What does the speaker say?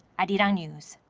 and news.